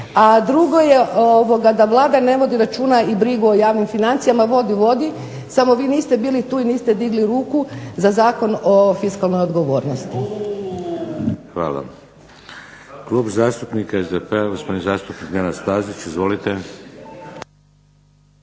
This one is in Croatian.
a drugo je da Vlada ne vodi računa i brigu o javnim financijama. Vodi, vodi samo vi niste bili tu i niste digli ruku za Zakon o fiskalnoj odgovornosti. **Šeks, Vladimir (HDZ)** Hvala. Klub zastupnika SDP-a, gospodin zastupnik Nenad Stazić. Izvolite.